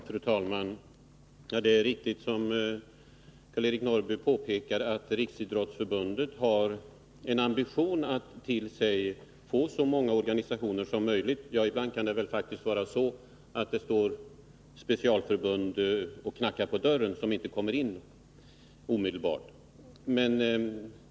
Fru talman! Det är riktigt som Karl-Eric Norrby påpekar att Riksidrottsförbundet har en ambition att till sig få knyta så många organisationer som möjligt. Ja, ibland kan faktiskt specialförbund knacka på dörren utan att komma in omedelbart.